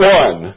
one